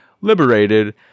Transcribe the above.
Liberated